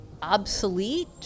Obsolete